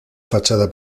fachada